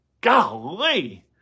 Golly